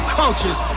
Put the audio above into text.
cultures